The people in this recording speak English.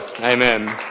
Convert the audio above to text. Amen